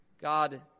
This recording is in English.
God